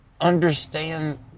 understand